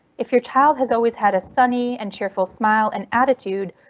if your child has always had a sunny and cheerful smile and attitude,